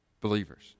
Believers